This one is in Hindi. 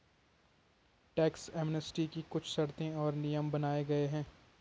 टैक्स एमनेस्टी की कुछ शर्तें और नियम बनाये गये हैं